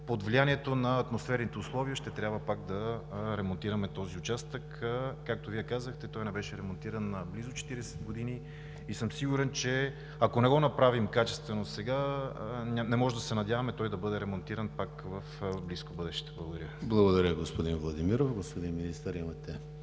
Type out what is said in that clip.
под влиянието на атмосферните условия ще трябва пак да ремонтираме този участък. Както Вие казахте, той не беше ремонтиран близо 40 години и съм сигурен, че ако не го направим качествено сега, не можем да се надяваме той да бъде ремонтиран пак в близко бъдеще. Благодаря Ви. ПРЕДСЕДАТЕЛ ЕМИЛ ХРИСТОВ: Благодаря, господин Владимиров. Господин Министър, имате